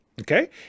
Okay